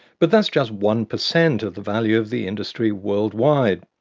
but that's just one percent of the value of the industry worldwide.